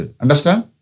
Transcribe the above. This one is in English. understand